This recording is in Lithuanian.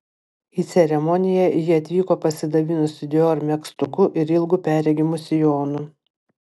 į ceremoniją ji atvyko pasidabinusi dior megztuku ir ilgu perregimu sijonu